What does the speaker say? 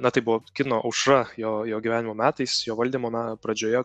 na tai buvo kino aušra jo jo gyvenimo metais jo valdymo na pradžioje